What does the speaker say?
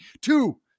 Two